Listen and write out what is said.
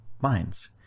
minds